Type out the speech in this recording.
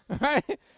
Right